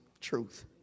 truth